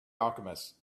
alchemists